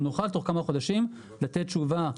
נוכל תוך כמה חודשים לתת תשובה.